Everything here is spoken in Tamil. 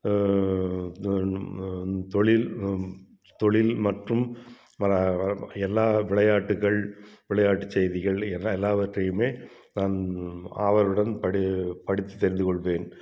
தொழில் தொழில் மற்றும் எல்லா விளையாட்டுகள் விளையாட்டு செய்திகள் என எல்லா எல்லாவற்றையுமே நான் ஆவலுடன் படி படித்து தெரிந்துக்கொள்வேன்